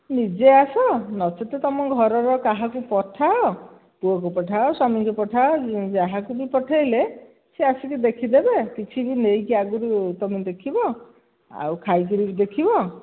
ନିଜେ ଆସ ନଚେତ୍ ତୁମ ଘରର କାହାକୁ ପଠାଅ ପୁଅକୁ ପଠାଅ ସ୍ୱାମୀକୁ ପଠାଅ ଯାହାକୁ ବି ପଠାଇଲେ ସେ ଆସିକି ଦେଖିଦେବେ କିଛି ବି ନେଇକି ଆଗରୁ ତୁମେ ଦେଖିବ ଆଉ ଖାଇକରି ଦେଖିବ